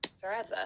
forever